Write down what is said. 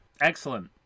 excellent